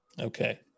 Okay